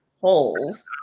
holes